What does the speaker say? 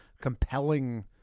compelling